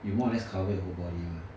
you more or less cover your whole body mah